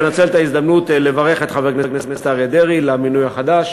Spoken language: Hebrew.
אני מנצל את ההזדמנות לברך את חבר הכנסת אריה דרעי על המינוי החדש